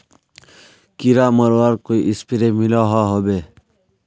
कीड़ा मरवार कोई स्प्रे मिलोहो होबे?